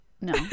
No